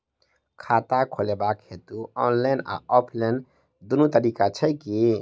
खाता खोलेबाक हेतु ऑनलाइन आ ऑफलाइन दुनू तरीका छै की?